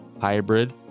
hybrid